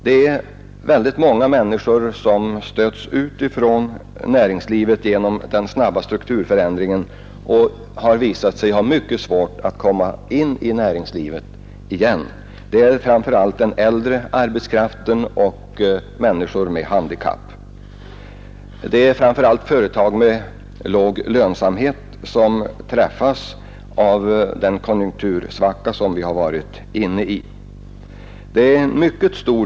Det har visat sig att många människor som stötts ut från näringslivet genom den snabba strukturförändringen har mycket svårt att komma in i näringslivet igen. Det gäller framför allt den äldre arbetskraften och människor med handikapp. Det har främst varit företag med låg lönsamhet som har drabbats av den konjunktursvacka som vi är inne i.